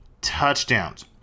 touchdowns